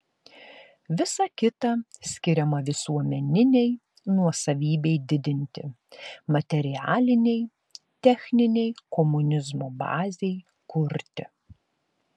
visa kita skiriama visuomeninei nuosavybei didinti materialinei techninei komunizmo bazei kurti